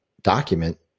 document